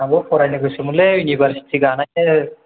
आंबो फरायनो गोसो मोनलै इउनिभारसिटि गानायनो